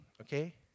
okay